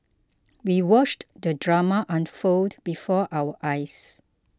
we watched the drama unfold before our eyes